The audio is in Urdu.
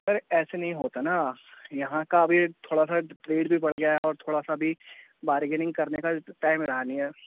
سر ایسے نہیں ہوتا نا یہاں کا ابھی تھوڑا سا ریٹ بھی بڑھ گیا ہے اور تھوڑا سا ابھی بارگیننگ کرنے کا ٹائم رہا نہیں ہے